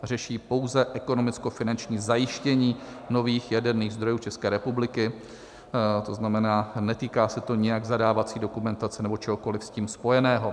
Řeší pouze ekonomickofinanční zajištění nových jaderných zdrojů České republiky, to znamená, netýká se to nijak zadávací dokumentace nebo čehokoli s tím spojeného.